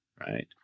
right